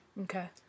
Okay